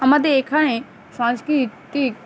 আমাদের এখানে সাংস্কৃিতিক